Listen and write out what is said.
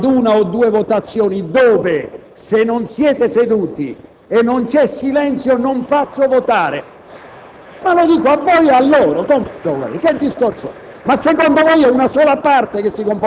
Non ci siamo proprio. Arriveremo a una o due votazioni dove, se non siete seduti e non c'è silenzio, non farò votare.